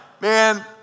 man